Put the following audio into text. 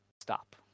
stop